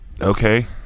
Okay